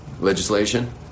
Legislation